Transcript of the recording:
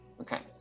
Okay